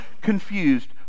confused